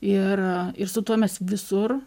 ir ir su tuo mes visur